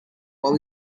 while